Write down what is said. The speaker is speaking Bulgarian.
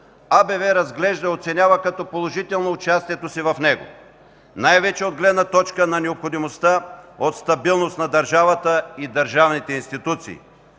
АБВ разглежда и оценява като положително участието си в него, най-вече от гледна точка на необходимостта от стабилност на държавата и държавните институции